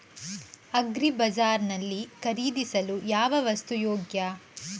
Agri Bazaar ನಲ್ಲಿ ಖರೀದಿಸಲು ಯಾವ ವಸ್ತು ಯೋಗ್ಯ?